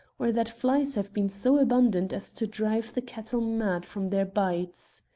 or that flies have been so abundant as to drive the cattle mad from their bites.